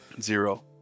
Zero